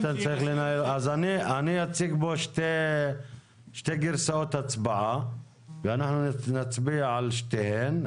אז אני אציג פה שתי גרסאות הצבעה ואנחנו נצביע על שתיהן.